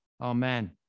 Amen